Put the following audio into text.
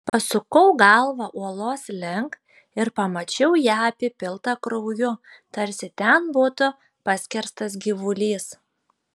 pasukau galvą uolos link ir pamačiau ją apipiltą krauju tarsi ten būtų paskerstas gyvulys